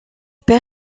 perd